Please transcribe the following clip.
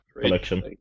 collection